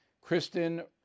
Kristen